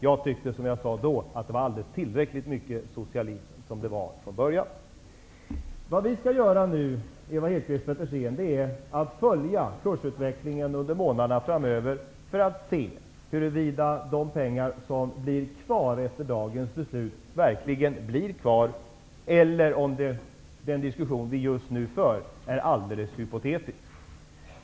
Jag tyckte, som jag sade då, att det var alldeles tillräckligt mycket socialism redan från början. Nu skall vi, Ewa Hedkvist Petersen, följa kursutvecklingen under månaderna framöver för att se huruvida pengar som blir kvar efter dagens beslut verkligen kommer att bli kvar eller om den diskussion som vi just nu för är helt hypotetisk.